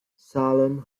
salem